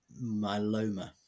myeloma